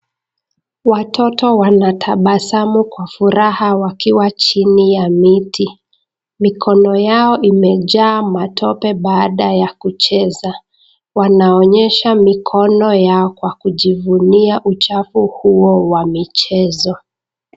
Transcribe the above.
Watoto wanatabasamu kwa furaha wakiwa chini ya miti. Mikono yao imejaa matope baada ya kucheza. Wanaonyesha mikono yao kwa kujivunia uchafu huo wa michezo.